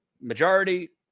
majority